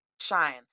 Shine